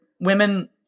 women